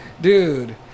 Dude